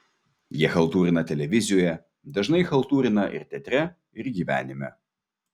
jie chaltūrina televizijoje dažnai chaltūrina ir teatre ir gyvenime